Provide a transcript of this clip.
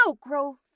grow